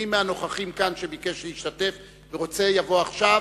מי מהנוכחים כאן שביקש להשתתף ורוצה, יבוא עכשיו.